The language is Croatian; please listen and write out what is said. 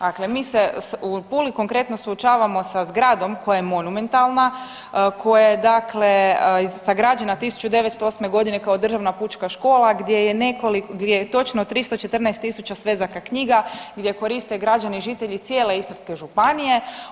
Dakle, mi se u Puli konkretno suočavamo sa zgradom koja je monumentalna, koja je dakle sagrađena 1908. godine kao državna pučka škola gdje je točno 314 tisuća svezaka knjiga, gdje koriste građani žitelji cijele Istarske županije.